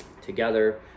together